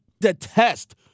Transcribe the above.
detest